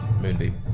Moonbeam